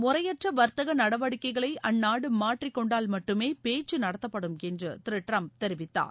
முறையற்ற வர்த்தக நடவடிக்கைகளை அந்நாடு மாற்றி கொண்டால் மட்டுமே பேச்சு எனினும் நடத்தப்படும் என்று திரு டிரம்ப் தெரிவித்தார்